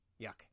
Yuck